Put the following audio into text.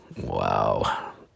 Wow